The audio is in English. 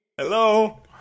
Hello